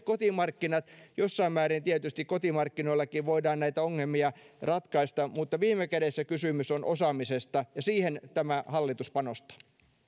kotimarkkinat jossain määrin tietysti kotimarkkinoillakin voidaan näitä ongelmia ratkaista mutta viime kädessä kysymys on osaamisesta ja siihen tämä hallitus panostaa